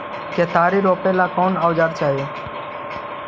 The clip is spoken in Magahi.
केतारी रोपेला कौन औजर चाही?